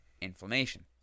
inflammation